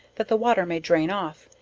that the water may drain off,